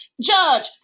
judge